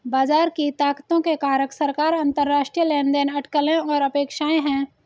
बाजार की ताकतों के कारक सरकार, अंतरराष्ट्रीय लेनदेन, अटकलें और अपेक्षाएं हैं